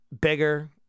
bigger